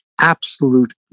absolute